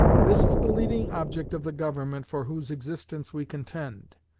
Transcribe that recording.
this is the leading object of the government for whose existence we contend.